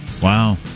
Wow